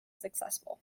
successful